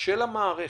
של המערכת,